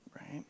Right